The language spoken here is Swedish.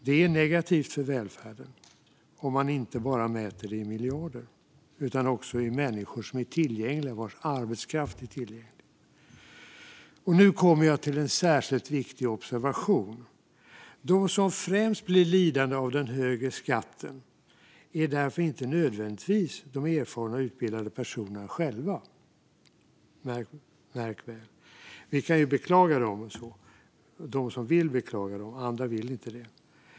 Det är negativt för välfärden, om man inte bara mäter i miljarder utan också i människor vars arbetskraft är tillgänglig. Nu kommer jag till en särskilt viktig observation. Märk väl: De som främst blir lidande av den högre skatten är inte nödvändigtvis de erfarna och utbildade personerna själva. Vi kan beklaga dem, vi som vill - andra vill inte det.